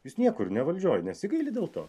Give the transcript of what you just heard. jūs niekur ne valdžioj nesigailit dėl to